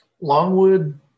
Longwood